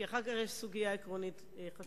כי אחר כך יש סוגיה עקרונית חשובה.